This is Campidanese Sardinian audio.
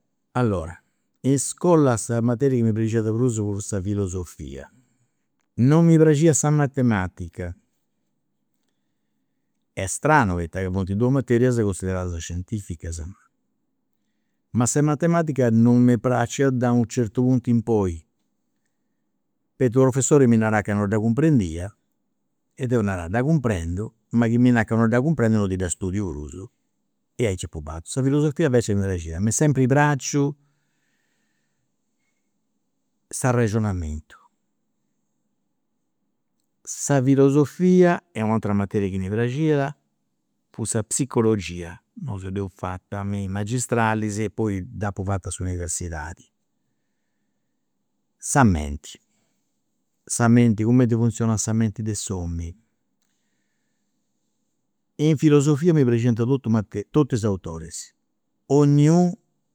Allora, in iscola sa materia chi mi praxiat de prus fut sa filosofia, non mi praxiat sa matematica, eststrnu poita funt duas materias cunsideradas scientificas. Ma sa matematica non m'est praxia de u'certu puntu in poi, poita su professori mi narat ca non dda cumprendia e deu narà dda cumprendu ma chi mi nars ca non dda cumprendu non ti dda studiu prus e aici apu fatu. Sa filosofia invece mi praxiat, m'est sempri praxiu s'arrexionamentu, sa filosofia e u' atera materia chi mi praxiat fut sa psicologia, nosu dd'eus fata me i' magistralis e poi dd'apu fata a s'universidadi. Sa menti sa menti cumenti funzionat sa menti de s'omini. In filosofia mi praxiant totu is autoris, dognunu